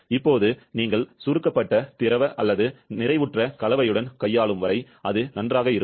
இப்போது நீங்கள் சுருக்கப்பட்ட திரவ அல்லது நிறைவுற்ற கலவையுடன் கையாளும் வரை அது நன்றாக இருக்கும்